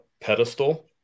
pedestal